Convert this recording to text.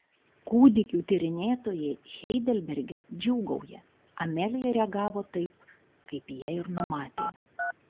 kūdikių tyrinėtojai heidelberge džiūgauja amelija reagavo taip kaip jie ir numatė